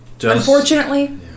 Unfortunately